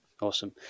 awesome